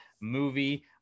movie